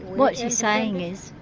what she's saying is,